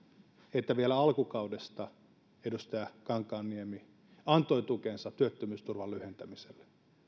että vielä alkukaudesta edustaja kankaanniemi antoi tukensa työttömyysturvan lyhentämiselle